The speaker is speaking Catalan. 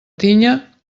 tinya